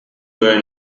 were